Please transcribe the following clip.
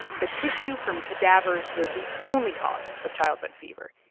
the tissue from cadavers was the only cause of childbed fever,